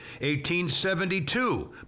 1872